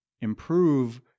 improve